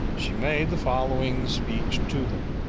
she made the following speech to them